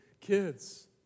kids